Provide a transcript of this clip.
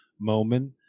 moment